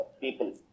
people